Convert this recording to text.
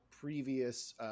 previous